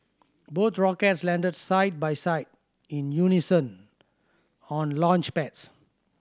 both rockets landed side by side in unison on launchpads